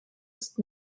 ist